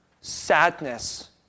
sadness